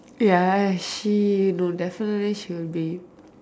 ya she no definitely she'll be